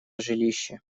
жилище